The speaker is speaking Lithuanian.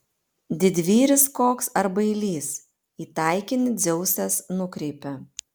didvyris koks ar bailys į taikinį dzeusas nukreipia